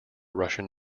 russian